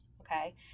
okay